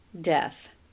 death